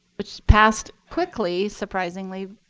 which passed quickly, surprisingly,